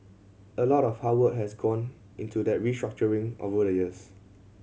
a lot of hard work has gone into that restructuring over the years